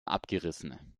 abgerissen